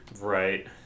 Right